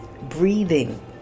breathing